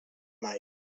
mai